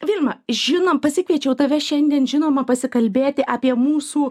vilma žinom pasikviečiau tave šiandien žinoma pasikalbėti apie mūsų